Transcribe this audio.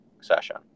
session